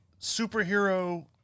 superhero